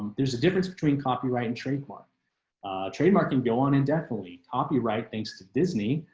there's a difference between copyright and trademark trademark and go on and definitely copyright thanks to disney